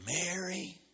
Mary